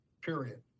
period